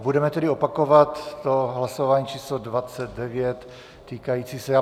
Budeme tedy opakovat to hlasování číslo 29 týkající se...